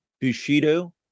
Bushido